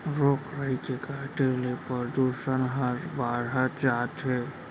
रूख राई के काटे ले परदूसन हर बाढ़त जात हे